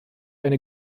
eine